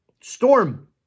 storm